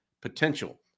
potential